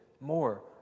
more